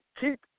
keep